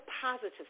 positive